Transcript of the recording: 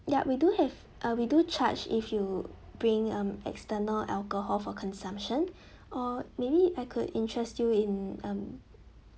yup we do have uh we do charge if you bring um external alcohol for consumption or maybe I could interest you in um